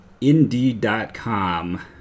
Indeed.com